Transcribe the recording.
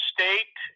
State